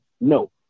No